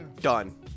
Done